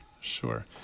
Sure